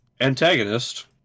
antagonist